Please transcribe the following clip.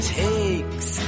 takes